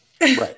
Right